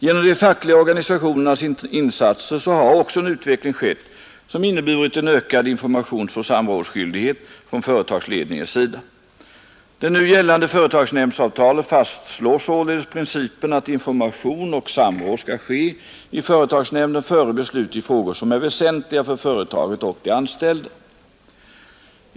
Genom de fackliga organisationernas insatser har också en utveckling skett som inneburit en ökad informationsoch samrådsskyldighet från företagsledningens sida. Det nu gällande företagsnämndsavtalet fastslår således principen att information och samråd skall ske i företagsnämnden före beslut i frågor som är väsentliga för företaget och de anställda.